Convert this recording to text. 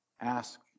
Ask